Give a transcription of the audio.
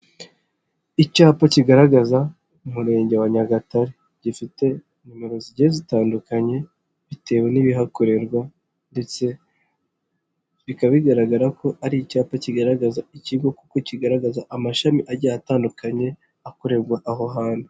lcyapa kigaragaza umurenge wa nyagatare, gifite nimero zigiye zitandukanye bitewe n'ibihakorerwa ,ndetse bika bigaragara ko ari icyapa kigaragaza ikigo, kuko kigaragaza amashami agiye atandukanye, akorerwa aho hantu.